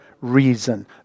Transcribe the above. reason